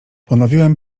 ponowiłem